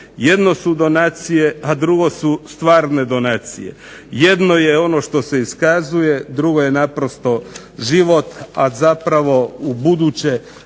Jedno su donacije, a drugo su stvarne donacije. Jedno je ono što se iskazuje, drugo je naprosto život, a zapravo ubuduće